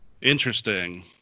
Interesting